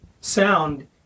sound